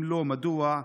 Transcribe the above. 5. אם לא, מדוע?